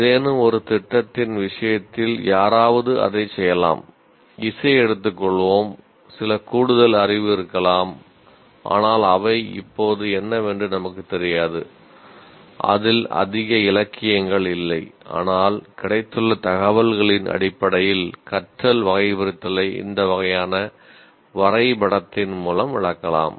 ஏதேனும் ஒரு திட்டத்தின் விஷயத்தில் யாராவது அதைச் செய்யலாம் இசையை எடுத்து கொள்வோம் சில கூடுதல் அறிவு இருக்கலாம் ஆனால் அவை இப்போது என்னவென்று நமக்குத் தெரியாது அதில் அதிக இலக்கியங்கள் இல்லை ஆனால் கிடைத்துள்ள தகவல்களின் அடிப்படையில் கற்றல் வகைபிரித்தலை இந்த வகையான வரைபடத்தின் மூலம் விளக்கலாம்